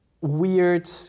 weird